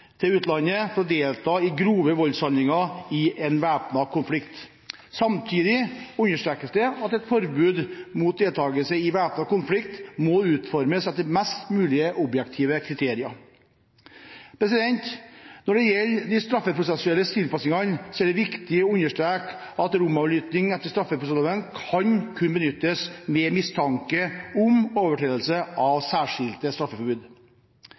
til utlandet for å delta i grove voldshandlinger i en væpnet konflikt. Samtidig understrekes det at et forbud mot deltakelse i væpnet konflikt må utformes etter mest mulig objektive kriterier. Når det gjelder de straffeprosessuelle tilpasningene, er det viktig å understreke at romavlytting etter straffeprosessloven kun kan benyttes ved mistanke om overtredelse av særskilte